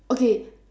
okay